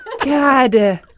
God